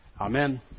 Amen